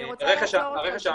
של הרכש האמריקאי,